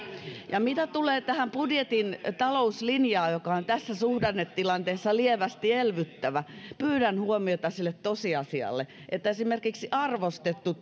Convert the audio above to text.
mitä tulee budjetin talouslinjaan joka on tässä suhdannetilanteessa lievästi elvyttävä niin pyydän huomiota sille tosiasialle että esimerkiksi arvostettu